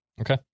Okay